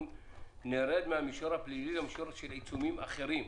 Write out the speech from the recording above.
לרדת מהמישור הפלילי למישור של עצומים אחרים.